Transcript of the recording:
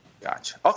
Gotcha